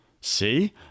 See